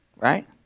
Right